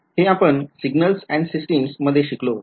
हे आपण signals and systems मध्ये शिकलो होतो